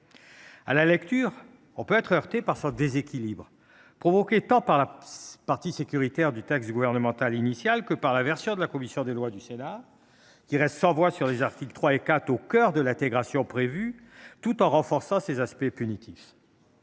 À sa lecture, on peut être heurté par son déséquilibre provoqué tant par la partie sécuritaire du texte gouvernemental initial que par la version de la commission des lois du Sénat, qui reste sans voix sur les articles 3 et 4, au cœur de l’intégration prévue, tout en renforçant ses aspects punitifs.